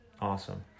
Awesome